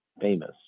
famous